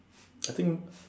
I think